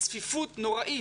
צפיפות נוראית.